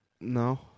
No